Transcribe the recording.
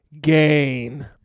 Gain